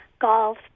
golf